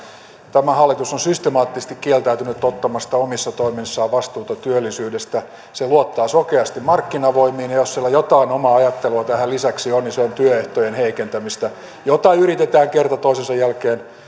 tämä hallitus on systemaattisesti kieltäytynyt ottamasta omissa toimissaan vastuuta työllisyydestä se luottaa sokeasti markkinavoimiin ja jos sillä jotain omaa ajattelua tähän lisäksi on niin se on työehtojen heikentämistä jota yritetään kerta toisensa jälkeen